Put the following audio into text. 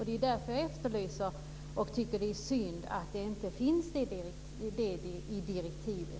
Det är därför jag efterlyser ett nytt direktiv och tycker att det är synd att frågan om tidsbestämning inte finns i direktivet.